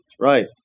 Right